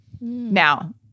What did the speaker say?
Now